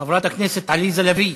חברת הכנסת עליזה לביא,